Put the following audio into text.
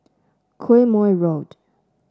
Quemoy Road